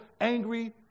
angry